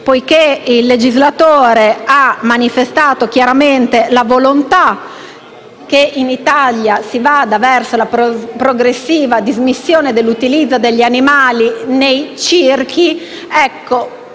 poiché il legislatore ha manifestato chiaramente la volontà che in Italia si vada verso la progressiva dismissione dell'utilizzo degli animali nei circhi, credo